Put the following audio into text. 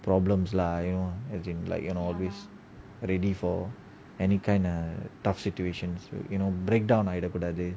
problems lah you know as in like you know always ready for any kind err tough situations you know breakdown ஆயிடை கூடாது:aayeda kudathu